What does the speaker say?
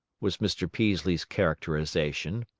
was mr. peaslee's characterization.